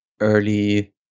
early